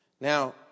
Now